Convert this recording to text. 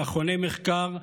מכוני מחקר,